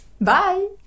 bye